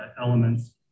elements